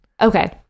Okay